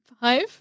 Five